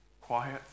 quiet